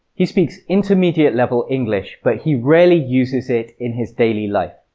he speaks intermediate-level english, but he rarely uses it in his daily life.